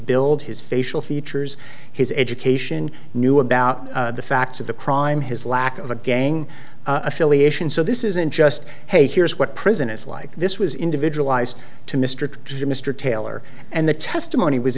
build his facial features his education knew about the facts of the crime his lack of a gang affiliation so this isn't just hey here's what prison is like this was individualized to mr to mr taylor and the testimony was